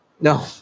No